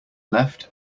left